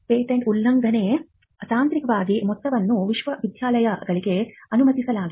patent ಉಲ್ಲಂಘನೆಗೆ ತಾಂತ್ರಿಕವಾಗಿ ಮೊತ್ತವನ್ನು ವಿಶ್ವವಿದ್ಯಾಲಯಗಳಿಗೆ ಅನುಮತಿಸಲಾಗಿದೆ